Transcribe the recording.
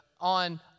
on